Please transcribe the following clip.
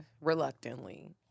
reluctantly